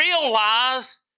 realize